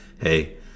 hey